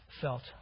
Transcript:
felt